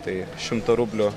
tai šimto rublių